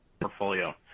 portfolio